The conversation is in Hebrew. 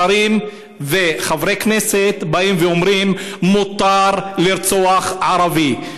שרים וחברי כנסת באים ואומרים: מותר לרצוח ערבי.